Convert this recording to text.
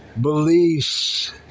beliefs